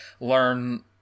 learn